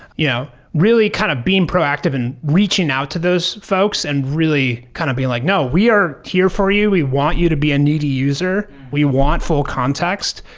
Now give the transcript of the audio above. yeah really kind of being proactive and reaching out to those folks and really kind of being like, no. we are here for you. we want you to be a needy user. we want full context.